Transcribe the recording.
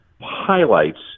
highlights